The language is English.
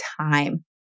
time